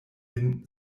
lin